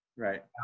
Right